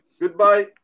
Goodbye